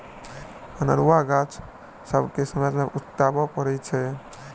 अनेरूआ गाछ सभके समय समय पर उपटाबय पड़ैत छै